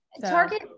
Target